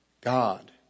God